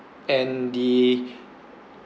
and the